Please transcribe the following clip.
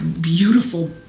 beautiful